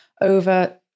over